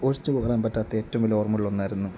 ഒഴിച്ചുകൂടാൻ പറ്റാത്ത ഏറ്റവും വലിയ ഓർമ്മകളിൽ ഒന്നാരുന്നു